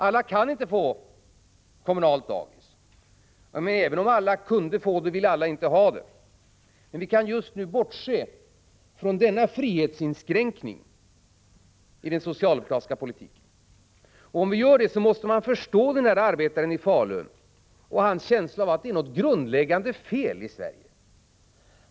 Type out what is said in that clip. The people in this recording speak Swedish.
Alla kan inte få kommunalt dagis, men även om alla kunde få det vill alla inte ha det. Vi kan emellertid just nu bortse från denna frihetsinskränkning i den socialdemokratiska politiken... Om vi gör det måste vi förstå den här arbetaren i Falun och hans känsla av att det är något grundläggande fel i Sverige.